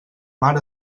mar